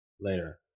later